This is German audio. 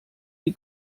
die